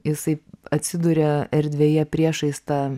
jisai atsiduria erdvėje priešais tą